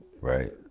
Right